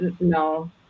no